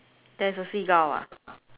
there's a seagull ah